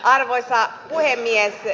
arvoisa puhemies